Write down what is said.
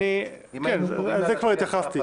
לזה כבר התייחסתי.